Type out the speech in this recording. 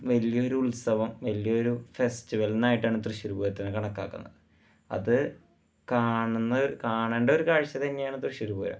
വലിയ ഒരു ഉത്സവം വലിയ ഒരു ഫെസ്റ്റിവല് എന്നായിട്ടാണ് തൃശ്ശൂര് പൂരത്തിനെ കണക്കാക്കുന്നത് അത് കാണുന്നൊരു കാണേണ്ട ഒരു കാഴ്ച തന്നെയാണ് തൃശ്ശൂര് പൂരം